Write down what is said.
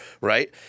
right